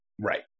Right